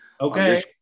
Okay